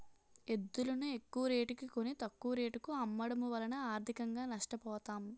ఎద్దులును ఎక్కువరేటుకి కొని, తక్కువ రేటుకు అమ్మడము వలన ఆర్థికంగా నష్ట పోతాం